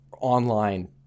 online